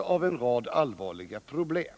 av en rad allvarliga problem.